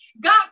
God